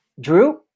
Drew